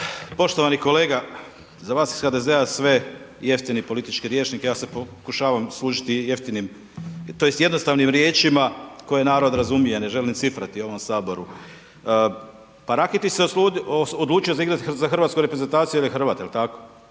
Poštovani kolega za vas iz HDZ-a sve jeftini politički rječnik, ja se pokušavam služiti jeftinim tj. jednostavnim riječima koje narod razumije, ne želim cifrati ovom saboru. Pa Raketić se odlučio igrati za hrvatsku reprezentaciju jer je Hrvat, jel tako,